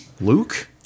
Luke